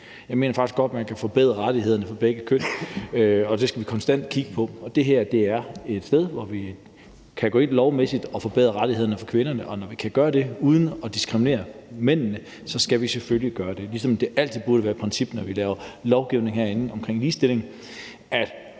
Jeg mener faktisk godt, man kan forbedre rettighederne for begge køn, og det skal vi konstant kigge på, og det her er et sted, hvor vi lovmæssigt kan gå ind og forbedre rettighederne for kvinderne. Og når vi kan gøre det uden at diskriminere mændene, skal vi selvfølgelig også gøre det, ligesom det også altid burde være et princip, at det, når vi herinde laver lovgivning om ligestilling, så